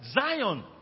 Zion